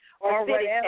already